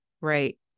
right